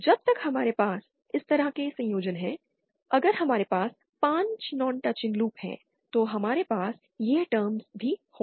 जब तक हमारे पास इस तरह के संयोजन हैं अगर हमारे पास 5 नॉन टचिंग लूप हैं तो हमारे पास यह टर्म्स भी होगा